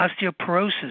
Osteoporosis